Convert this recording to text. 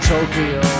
Tokyo